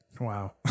Wow